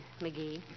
McGee